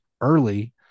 early